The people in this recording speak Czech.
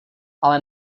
ale